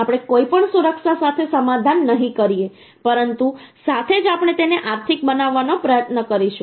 આપણે કોઈપણ સુરક્ષા સાથે સમાધાન નહીં કરીએ પરંતુ સાથે જ આપણે તેને આર્થિક બનાવવાનો પ્રયાસ કરીશું